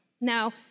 Now